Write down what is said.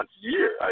year